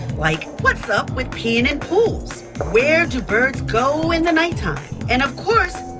like what's up with peeing in pools, where do birds go in the nighttime, and of course,